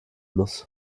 muss